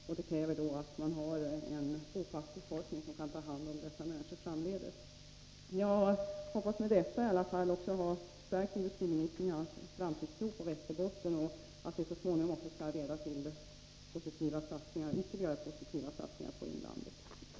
Men då krävs det också att det finns en bofast befolkning som kan ta hand om dessa människor. Jag hoppas att jag med det sagda har stärkt industriministerns tro på Västerbottens framtid och att det också skall leda till ytterligare positiva satsningar på Västerbottens inland.